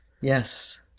yes